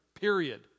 period